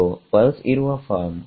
sepals ಇರುವ form